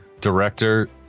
director